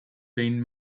been